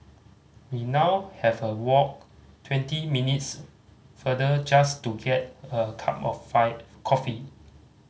we now have walk twenty minutes farther just to get a cup of coffee